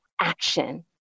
action